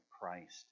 Christ